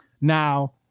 Now